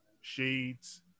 shades